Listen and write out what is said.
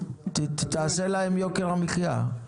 תעשה להם יוקר המחיה.